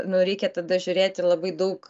nu reikia tada žiūrėti labai daug